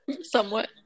Somewhat